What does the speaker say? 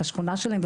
את השכונה שלהם,